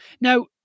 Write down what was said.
Now